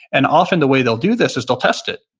and often the way they'll do this is they'll test it.